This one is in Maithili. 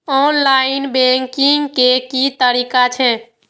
ऑनलाईन बैंकिंग के की तरीका छै?